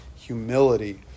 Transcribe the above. humility